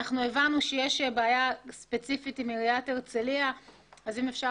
הבנו שיש בעיה ספציפית עם עיריית הרצליה ואם אפשר,